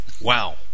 Wow